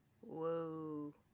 Whoa